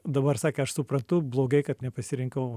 dabar sakė aš supratau blogai kad nepasirinkau